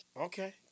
Okay